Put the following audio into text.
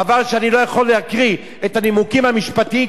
חבל שאני לא יכול להקריא את הנימוקים המשפטיים,